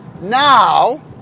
Now